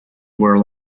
were